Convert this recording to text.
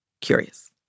curious